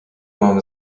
mamy